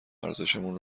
ارزشمون